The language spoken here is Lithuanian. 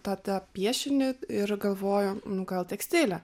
tą tą piešinį ir galvoju nu gal tekstilę